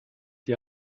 die